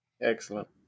Excellent